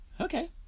okay